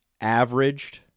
averaged –